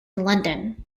london